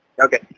okay